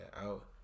out